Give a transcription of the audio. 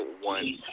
one